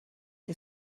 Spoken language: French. est